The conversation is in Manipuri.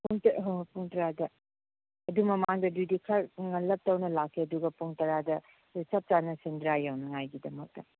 ꯍꯣꯏ ꯍꯣꯏ ꯄꯨꯡ ꯇꯔꯥꯗ ꯑꯗꯨ ꯃꯃꯥꯡꯗ ꯑꯗꯨꯗꯤ ꯈꯔ ꯉꯜꯂꯞ ꯇꯧꯅ ꯂꯥꯛꯀꯦ ꯑꯗꯨꯒ ꯄꯨꯡ ꯇꯔꯥꯗ ꯑꯩꯈꯣꯏ ꯆꯞ ꯆꯥꯅ ꯁꯦꯟꯗ꯭ꯔꯥ ꯌꯧꯅꯤꯡꯉꯥꯏꯒꯤꯗꯃꯛꯇ